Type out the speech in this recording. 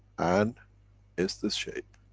and it's this shape.